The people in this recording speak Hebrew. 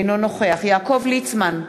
אינו נוכח יעקב ליצמן,